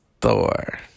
Thor